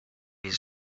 his